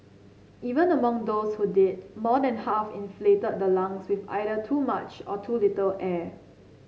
even among those who did more than half inflated the lungs with either too much or too little air